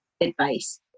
advice